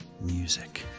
music